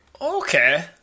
Okay